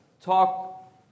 talk